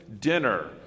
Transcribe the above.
dinner